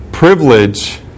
privilege